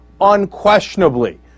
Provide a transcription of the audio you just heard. Unquestionably